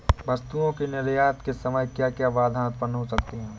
वस्तुओं के निर्यात के समय क्या क्या बाधाएं उत्पन्न हो सकती हैं?